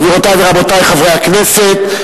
גבירותי ורבותי חברי הכנסת,